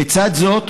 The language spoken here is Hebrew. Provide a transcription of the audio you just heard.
לצד זאת,